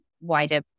wider